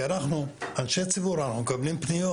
כי אנחנו, אנשי הציבור, אנחנו מקבלים פניות.